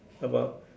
about